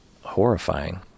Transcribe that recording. horrifying